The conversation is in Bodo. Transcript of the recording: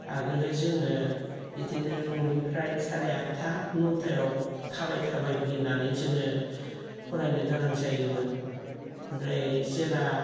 आगोल जोङो बिदिनो न'निफ्राय सारे आदथा नौतायाव थाबाय थाबाय फैनानै जोङो फरायनो गोनां जायोमोन ओमफ्राय जेब्ला